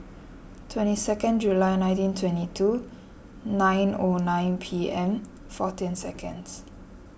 twenty six July nineteen twenty two nine O nine P M fourteen seconds